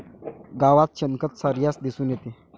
गावात शेणखत सर्रास दिसून येते